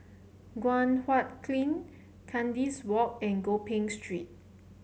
Guan Huat Kiln Kandis Walk and Gopeng Street